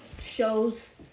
shows